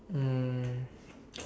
mm